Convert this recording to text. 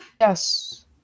Yes